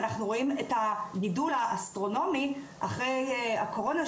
אנחנו רואים את הגידול האסטרונומי אחרי הקורונה,